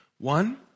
One